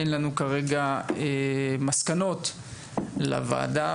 אין לנו כרגע מסקנות לוועדה,